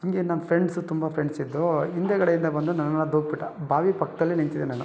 ಹಾಗೆ ನನ್ನ ಫ್ರೆಂಡ್ಸು ತುಂಬ ಫ್ರೆಂಡ್ಸ್ ಇದ್ದರು ಹಿಂದುಗಡೆಯಿಂದ ಬಂದು ನನ್ನನ್ನು ದೂಕಿಬಿಟ್ಟ ಬಾವಿ ಪಕ್ಕದಲ್ಲೇ ನಿಂತಿದ್ದೆ ನಾನು